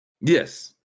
yes